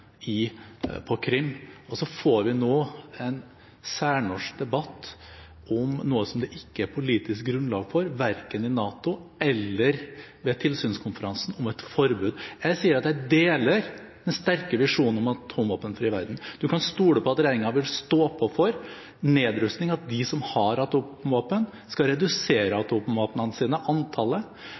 på Krim, og så får vi nå en særnorsk debatt om noe som det ikke er politisk grunnlag for, verken i NATO eller ved tilsynskonferansen, om et forbud. Jeg sier at jeg deler den sterke visjonen om en atomvåpenfri verden. Representanten kan stole på at regjeringen vil stå på for nedrustning, for at de som har atomvåpen, skal redusere